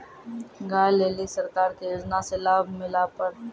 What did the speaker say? गाय ले ली सरकार के योजना से लाभ मिला पर?